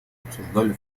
обсуждали